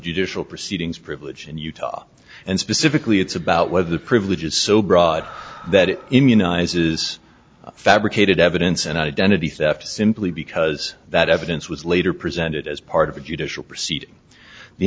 judicial proceedings privilege in utah and specifically it's about whether the privilege is so broad that it immunizes fabricated evidence and identity theft simply because that evidence was later presented as part of a judicial proceeding the